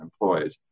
employees